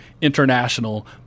international